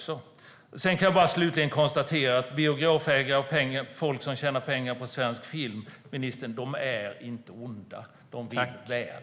Jag konstaterar slutligen att biografägare och folk som tjänar pengar på svensk film inte är onda. De vill väl.